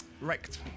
wrecked